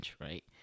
right